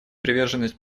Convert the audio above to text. приверженность